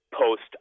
post